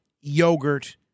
yogurt